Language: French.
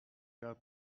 quatre